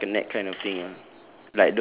oh it's like a net kind of thing ah